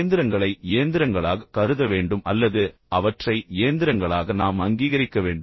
இயந்திரங்களை இயந்திரங்களாகக் கருத வேண்டும் அல்லது அவற்றை இயந்திரங்களாக நாம் அங்கீகரிக்க வேண்டும்